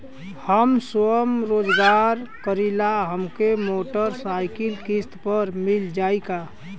हम स्वरोजगार करीला हमके मोटर साईकिल किस्त पर मिल जाई का?